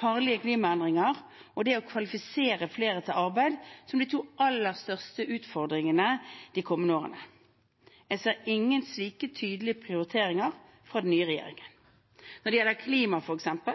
farlige klimaendringer og det å kvalifisere flere til arbeid som de to aller største utfordringene de kommende årene. Jeg ser ingen slike tydelige prioriteringer fra den nye regjeringen. Når det gjelder f.eks. klima,